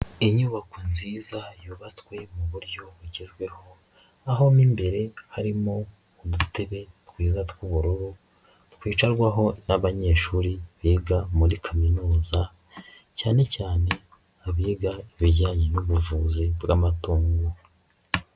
Inyubako nziza yubatswe mu buryo bugezweho, aho imbere harimo udutebe twiza tw'ubururu, twicarwaho n'abanyeshuri biga muri Kaminuza cyane cyane abiga ibijyanye n'ubuvuzi bw'amatungo.